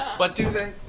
but do they?